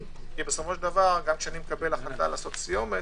כי גם כשאני מקבל החלטה לעשות סיומת,